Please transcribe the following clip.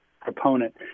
proponent